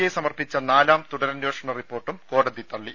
I സമർപ്പിച്ച നാലാം തുടരന്വേഷണ റിപ്പോർട്ടും കോടതി തള്ളി